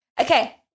Okay